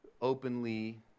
openly